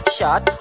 Shot